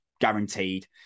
guaranteed